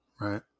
right